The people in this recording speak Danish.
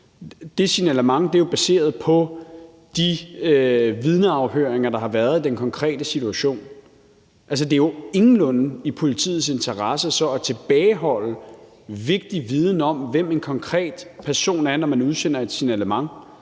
Det signalement er jo baseret på de vidneafhøringer, der har været i den konkrete situation. Det er jo ingenlunde i politiets interesse så at tilbageholde vigtig viden om, hvem en konkret person er, når man udsender et signalement.